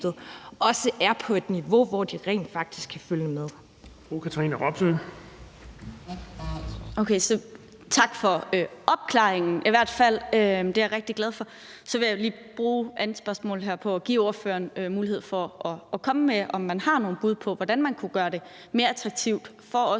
glad for. Så vil jeg lige bruge mit andet spørgsmål her på at give ordføreren mulighed for at komme med nogle bud på, hvordan man kunne gøre det mere attraktivt for også